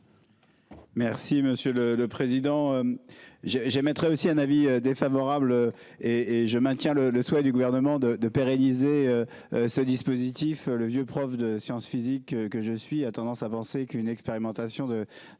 Merci monsieur le président. J'ai j'ai mettrait aussi un avis défavorable et et je maintiens le le souhait du gouvernement de de pérenniser. Ce dispositif, le vieux prof de sciences physiques que je suis à tendance avancée qu'une expérimentation de